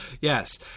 yes